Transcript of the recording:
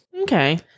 Okay